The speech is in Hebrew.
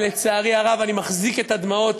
ולצערי הרב אני מחזיק את הדמעות,